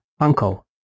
uncle